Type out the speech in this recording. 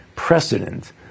precedent